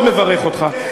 אני מאוד מברך אותך.